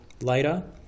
later